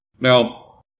Now